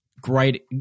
great